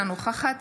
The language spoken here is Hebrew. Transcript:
אינה נוכחת